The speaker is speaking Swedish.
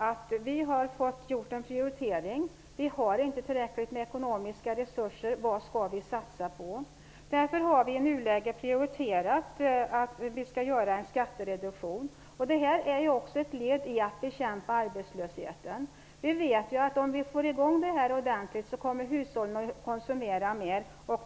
att vi har fått göra en prioritering. Vi har inte tillräckligt med ekonomiska resurser. Vad skall vi satsa på? Därför har vi i nuläget prioriterat en skattereduktion. Det är också ett led i att bekämpa arbetslösheten. Vi vet att hushållen kommer att konsumera mer om vi får i gång detta ordentligt.